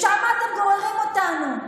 לשם אתם גוררים אותנו.